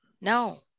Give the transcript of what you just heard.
no